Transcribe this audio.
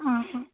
ആ ആ